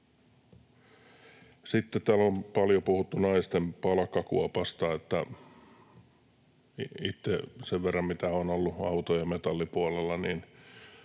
Sitten täällä on paljon puhuttu naisten palkkakuopasta. Itse tiedän sen verran kuin mitä olen ollut auto‑ ja metallipuolella,